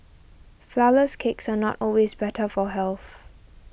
Flourless Cakes are not always better for health